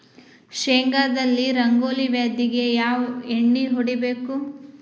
ಶೇಂಗಾದಲ್ಲಿ ರಂಗೋಲಿ ವ್ಯಾಧಿಗೆ ಯಾವ ಎಣ್ಣಿ ಹೊಡಿಬೇಕು?